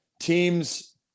teams